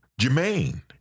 Jermaine